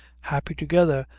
happy together,